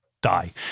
die